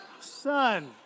Son